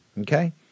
okay